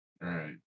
Right